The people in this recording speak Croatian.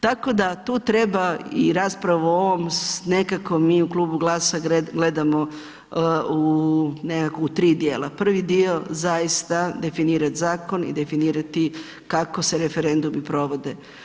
Tako da tu treba i raspravu o ovom nekako mi u Klubu GLAS-a gledamo u nekako u 3 dijela, prvi dio zaista, definirati zakon i definirati kako se referendumi provode.